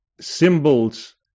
symbols